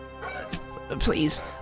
Please